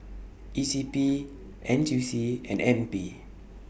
E C P N T U C and N P